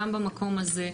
גם במקום הזה,